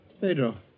Pedro